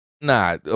Nah